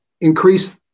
increase